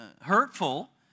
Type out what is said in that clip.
hurtful